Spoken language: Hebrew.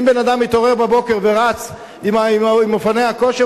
אם בן-אדם מתעורר בבוקר ורץ עם אופני הכושר,